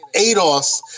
ADOS